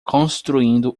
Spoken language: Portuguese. construindo